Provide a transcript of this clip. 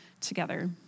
together